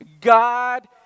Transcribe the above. God